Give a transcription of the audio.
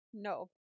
No